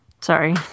Sorry